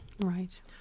Right